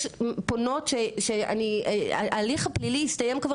יש פונות שההליך הפלילי הסתיים כבר